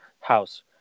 house